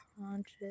conscious